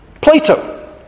Plato